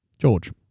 George